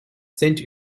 saint